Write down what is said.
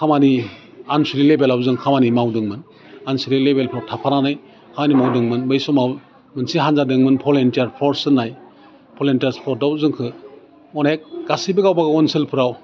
खामानि आनस'लिक लेभेलाव जों खामानि मावदोंमोन आनस'लिक लेभेलफ्राव थाफानानै खामानि मावदोंमोन बै समाव मोनसे हान्जा दंमोन भलुन्टियार फर्स होन्नाय भलुन्टियार फर्सआव जोंखौ अनेक गासैबो गावबागाव ओनसोलफ्राव